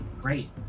Great